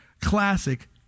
classic